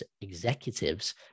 executives